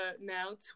now